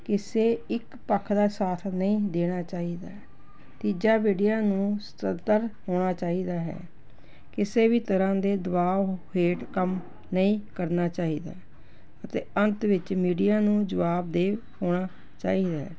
ਕਿਸੇ ਇੱਕ ਪੱਖ ਦਾ ਸਾਥ ਨਹੀਂ ਦੇਣਾ ਚਾਹੀਦਾ ਤੀਜਾ ਮੀਡੀਆ ਨੂੰ ਸੁਤੰਤਰ ਹੋਣਾ ਚਾਹੀਦਾ ਹੈ ਕਿਸੇ ਵੀ ਤਰ੍ਹਾਂ ਦੇ ਦਬਾਅ ਹੇਠ ਕੰਮ ਨਹੀਂ ਕਰਨਾ ਚਾਹੀਦਾ ਅਤੇ ਅੰਤ ਵਿੱਚ ਮੀਡੀਆ ਨੂੰ ਜਵਾਬਦੇਹ ਹੋਣਾ ਚਾਹੀਦਾ